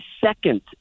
second